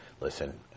listen